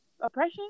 oppression